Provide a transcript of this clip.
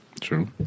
True